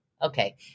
Okay